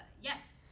Yes